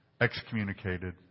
excommunicated